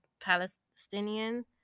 palestinian